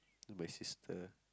and my sister